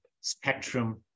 spectrum